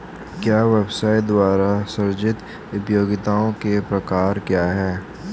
एक व्यवसाय द्वारा सृजित उपयोगिताओं के प्रकार क्या हैं?